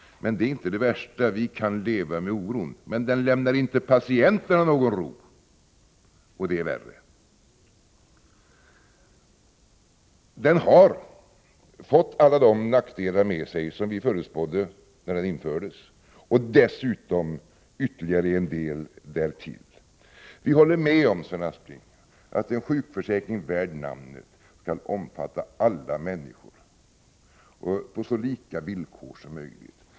Men det är inte det värsta, för vi kan leva med oron. Den lämnar emellertid inte patienterna någon ro, och det är värre. Dagmarreformen har medfört alla de nackdelar som vi förutspådde när den infördes, och dessutom ytterligare en del därtill. Vi håller med om, Sven Aspling, att en sjukförsäkring värd namnet skall omfatta alla människor på så lika villkor som möjligt.